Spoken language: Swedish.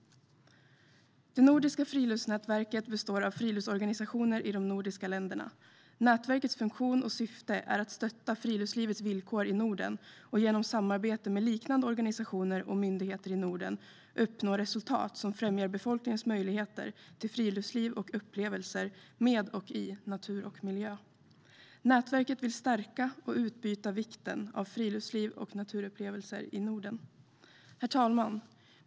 Det nordiska friluftsnätverket består av friluftsorganisationer i de nordiska länderna. Nätverkets funktion och syfte är att stötta friluftslivets villkor i Norden och genom samarbete med liknande organisationer och myndigheter i Norden uppnå resultat som främjar befolkningens möjligheter till friluftsliv och upplevelser med och i natur och miljö. Nätverket vill stärka och utbyta vikten av friluftsliv och naturupplevelser i Norden. Herr talman!